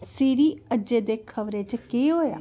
सीरी अज्जै दे खबरें च केह् होएआ